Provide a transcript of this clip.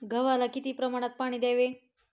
गव्हाला किती प्रमाणात पाणी द्यावे?